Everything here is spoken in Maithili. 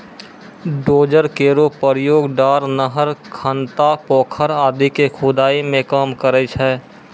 डोजर केरो प्रयोग डार, नहर, खनता, पोखर आदि क खुदाई मे काम करै छै